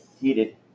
heated